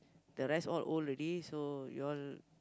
the rest all old already so you all